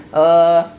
err